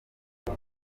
ati